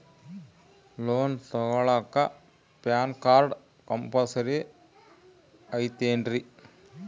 Loan ತೊಗೊಳ್ಳಾಕ PAN card compulsory ಐಯ್ತೇನ್ರಿ?